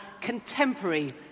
contemporary